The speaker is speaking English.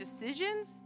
decisions